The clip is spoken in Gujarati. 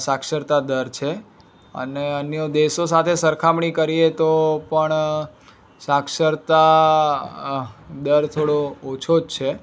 સાક્ષરતા દર છે અને અન્ય દેશો સાથે સરખામણી કરીએ તો પણ સાક્ષરતા દર થોડો ઓછો જ છે